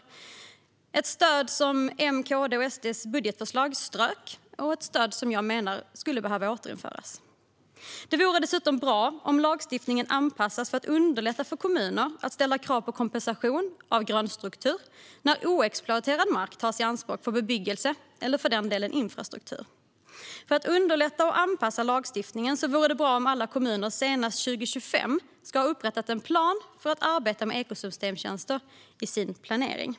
Det är ett stöd som ströks i M-KD:s och SD:s budgetförslag och som jag menar skulle behöva återinföras. Det vore bra om lagstiftningen anpassades för att underlätta för kommuner att ställa krav på kompensation av grönstruktur när oexploaterad mark tas i anspråk för bebyggelse eller för den delen för infrastruktur. För att underlätta och anpassa lagstiftningen vore det bra om alla kommuner senast 2025 upprättade en plan för att arbeta med ekosystemtjänster i sin planering.